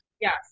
Yes